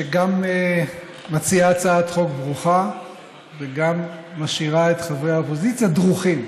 שגם מציעה הצעת חוק ברוכה וגם משאירה את חברי האופוזיציה דרוכים.